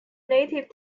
native